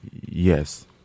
yes